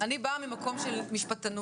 אני באה ממקום של משפטנות.